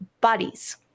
bodies